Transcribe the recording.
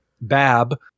BAB